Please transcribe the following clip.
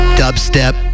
dubstep